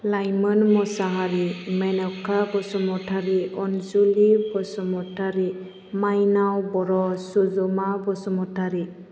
लाइमोन मुसाहारि मेनका बसुमतारि अनजुलि बसुमतारि माइनाव बर' सुजुमा बसुमतारि